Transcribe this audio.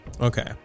Okay